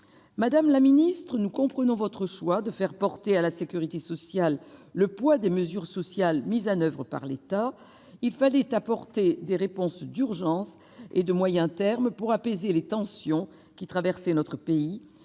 Madame la ministre, nous comprenons votre choix de faire porter à la sécurité sociale le poids des mesures sociales mises en oeuvre par l'État. Il fallait, par des réponses d'urgence et de moyen terme, apaiser les tensions qui traversaient notre pays